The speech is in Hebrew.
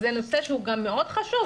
זה נושא שהוא מאוד חשוב,